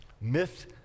myth